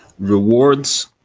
Rewards